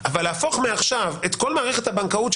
אבל להפוך מעכשיו את כל מערכת הבנקאות של